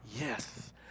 yes